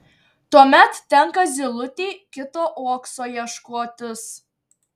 tuomet tenka zylutei kito uokso ieškotis